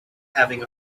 having